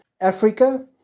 Africa